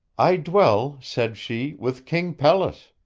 i dwell, said she, with king pelles.